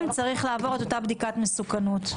צריך לעבור את אותה בדיקת מסוכנות.